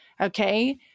Okay